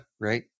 right